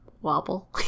Wobble